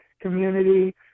community